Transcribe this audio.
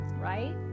right